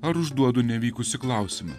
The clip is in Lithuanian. ar užduodu nevykusį klausimą